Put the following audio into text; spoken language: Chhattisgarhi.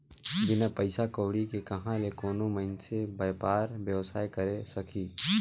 बिन पइसा कउड़ी के कहां ले कोनो मइनसे बयपार बेवसाय करे सकही